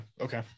Okay